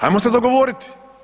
Ajmo se dogovoriti.